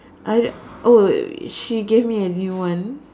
I oh she gave me a new one